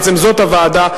בעצם זאת הוועדה,